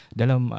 dalam